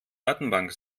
datenbank